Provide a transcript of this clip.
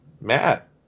Matt